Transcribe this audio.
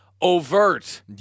overt